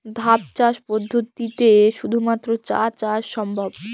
ধাপ চাষ পদ্ধতিতে শুধুমাত্র চা চাষ সম্ভব?